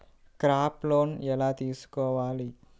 Crop loan ఎలా తీసుకోవాలి?